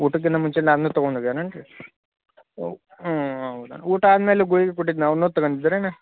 ಊಟಕ್ಕಿಂತ ಮುಂಚಿಂದು ಆದ್ಮೇಲೆ ತಗೊಂಡ್ ಏನು ರಿ ಹ್ಞೂ ಹೌದಾ ಊಟ ಆದ್ಮೇಲೂ ಗುಳ್ಗೆ ಕೊಟ್ಟಿದ್ದನ್ನ ಅವನ್ನೂ ತಗಂಡಿದ್ರೇನ